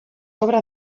obra